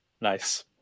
Nice